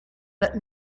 but